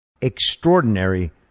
extraordinary